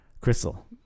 Crystal